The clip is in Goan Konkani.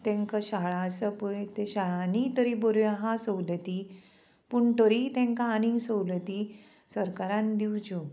तांकां शाळा आसा पळय ते शाळांनी तरी बऱ्यो आहा सवलती पूण तरीय तांकां आनीक सवलती सरकारान दिवच्यो